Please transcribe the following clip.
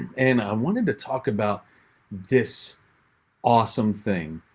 and i wanted to talk about this awesome thing.